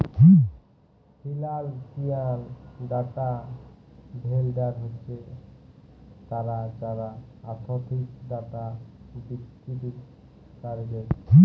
financial data vendor হছে তারা যারা আথ্থিক ডাটা বিক্কিরি ক্যারবেক